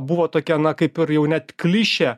buvo tokia na kaip ir jau net klišė